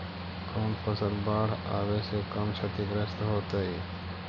कौन फसल बाढ़ आवे से कम छतिग्रस्त होतइ?